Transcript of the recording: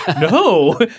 no